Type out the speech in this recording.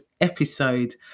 episode